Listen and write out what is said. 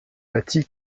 bâtie